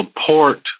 support